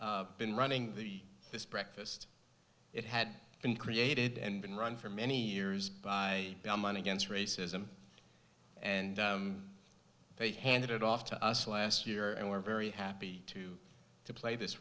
been running the this breakfast it had been created and been run for many years by the money against racism and they handed it off to us last year and we're very happy to play this